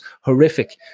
horrific